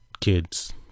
kids